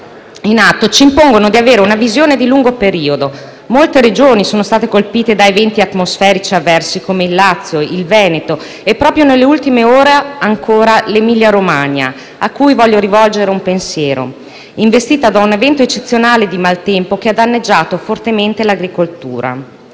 in atto ci impongono di avere una visione di lungo periodo. Molte Regioni sono state colpite da eventi atmosferici avversi, come il Lazio e il Veneto, e, proprio nelle ultime ore, ancora l'Emilia-Romagna, cui voglio rivolgere un pensiero, investita da un evento eccezionale di maltempo che ha danneggiato fortemente l'agricoltura.